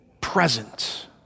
present